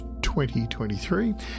2023